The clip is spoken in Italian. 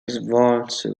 svolse